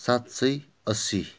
सात सय असी